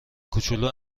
کوچولو